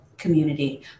community